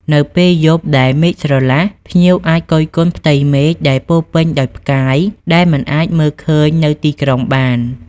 នៅពេលយប់ដែលមេឃស្រឡះ ភ្ញៀវអាចគយគន់ផ្ទៃមេឃដែលពោរពេញដោយផ្កាយដែលមិនអាចមើលឃើញនៅទីក្រុងបាន។